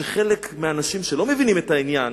חלק מהאנשים שלא מבינים את העניין,